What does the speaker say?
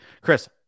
Chris